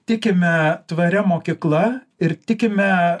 tikime tvaria mokykla ir tikime